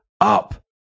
up